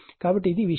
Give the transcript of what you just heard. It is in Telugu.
కాబట్టి ఇది విషయం